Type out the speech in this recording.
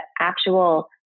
actual